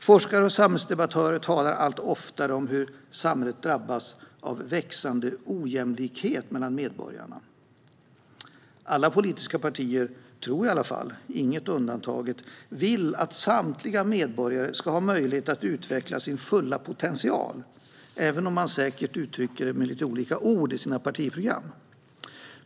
Forskare och samhällsdebattörer talar allt oftare om hur samhället drabbas av växande ojämlikhet mellan medborgarna. Alla politiska partier, tror jag, inget undantaget, vill att samtliga medborgare ska ha möjlighet att utveckla sin fulla potential, även om man kanske uttrycker det med olika ord i sina partiprogram.